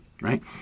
right